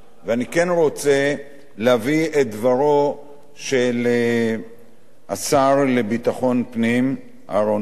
אני כן רוצה להביא את דברו של השר לביטחון פנים אהרונוביץ,